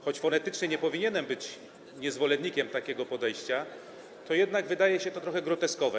Choć fonetycznie nie powinienem nie być zwolennikiem takiego podejścia, to jednak wydaje się to trochę groteskowe.